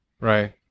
right